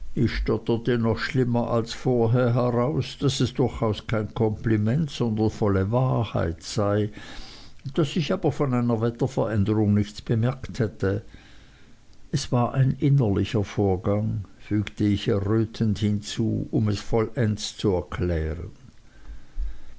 noch schlimmer als vorher heraus daß es durchaus kein kompliment sondern volle wahrheit sei daß ich aber von einer wetterveränderung nichts bemerkt hätte es war ein innerlicher vorgang fügte ich errötend hinzu um es vollends zu erklären